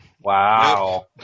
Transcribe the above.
Wow